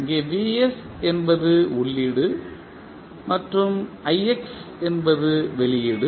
இங்கே vs என்பது உள்ளீடு மற்றும் ix என்பது வெளியீடு